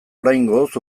oraingoz